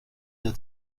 der